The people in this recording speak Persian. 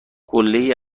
قلهای